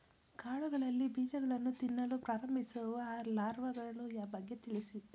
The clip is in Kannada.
ಕಾಳುಗಳಲ್ಲಿ ಬೀಜಗಳನ್ನು ತಿನ್ನಲು ಪ್ರಾರಂಭಿಸುವ ಲಾರ್ವಗಳ ಬಗ್ಗೆ ತಿಳಿಸಿ?